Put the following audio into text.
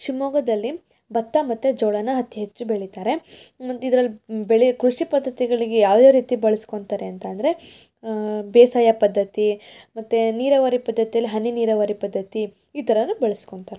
ಶಿವಮೊಗ್ಗದಲ್ಲಿ ಭತ್ತ ಮತ್ತು ಜೋಳನ ಅತಿ ಹೆಚ್ಚು ಬೆಳಿತಾರೆ ಮತ್ತೆ ಇದ್ರಲ್ಲಿ ಬೆಳೆ ಕೃಷಿ ಪದ್ದತಿಗಳಿಗೆ ಯಾವ್ಯಾವ ರೀತಿ ಬಳಸ್ಕೋತಾರೆ ಅಂತ ಅಂದರೆ ಬೇಸಾಯ ಪದ್ದತಿ ಮತ್ತು ನೀರಾವರಿ ಪದ್ದತಿಯಲ್ಲಿ ಹನಿ ನೀರಾವರಿ ಪದ್ದತಿ ಈ ಥರ ಎಲ್ಲ ಬಳಸ್ಕೋತಾರೆ